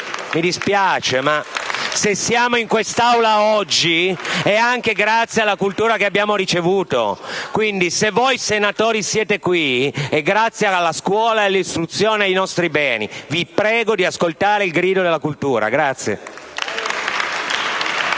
Gruppo M5S)*. Se siamo in quest'Aula oggi è anche grazie alla cultura che abbiamo ricevuto. Se voi senatori siete qui è grazie alla scuola e all'istruzione, i nostri beni. Vi prego di ascoltare il grido della cultura.